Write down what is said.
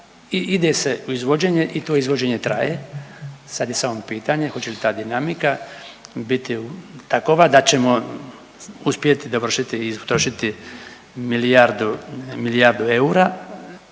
ide se u izvođenje i to izvođenje traje, sad je samo pitanje hoće li ta dinamika biti takova da ćemo uspjeti završiti i utrošiti milijardu eura.